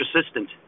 assistant